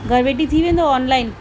घर वेठे थी वेंदो ऑनलाइन